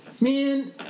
Man